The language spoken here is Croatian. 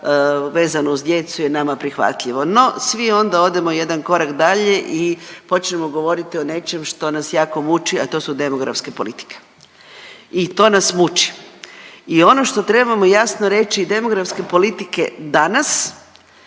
vezano uz djecu je nama prihvatljivo. No svi onda odemo jedan korak dalje i počnemo govoriti o nečem što nas jako muči, a to su demografske politike. I to nas muči. I ono što trebamo jasno reći demografske politike danas,